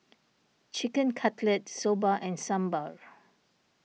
Chicken Cutlet Soba and Sambar